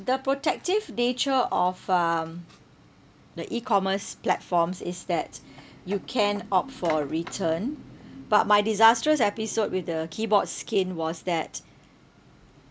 the protective nature of um the E-commerce platforms is that you can opt for return but my disastrous episode with the keyboard skin was that